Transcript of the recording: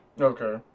Okay